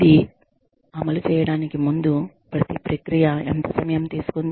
ఇది అమలు చేయడానికి ముందు ప్రతి ప్రక్రియ ఎంత సమయం తీసుకుంది